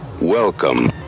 welcome